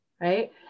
right